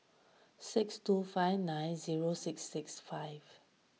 six two five nine zero six six five